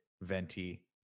venti